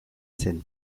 zen